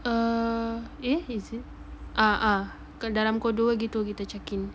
err eh is it ah ah ke dalam pukul dua gitu gitu check-in